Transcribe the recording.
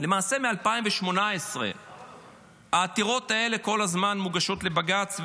ולמעשה מ-2018 העתירות האלה כל הזמן מוגשות לבג"ץ,